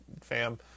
fam